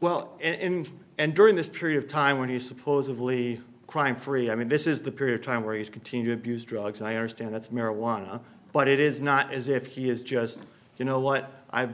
well in and during this period of time when he supposedly crime free i mean this is the period of time where he's continued abuse drugs i understand that's marijuana but it is not as if he is just you know what i